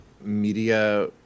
media